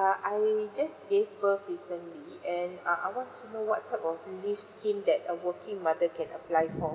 err I just gave birth recently and uh I want to know what type of leaves scheme that a working mother can apply for